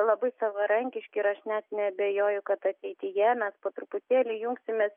labai savarankiški ir aš net neabejoju kad ateityje mes po truputėlį jungsimės